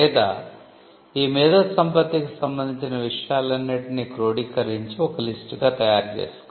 లేదా ఈ మేధోసంపత్తికి సంబంధించిన విషయాలన్నింటిని క్రోడీకరించి ఒక లిస్టు గా తయారు చేసుకోవచ్చు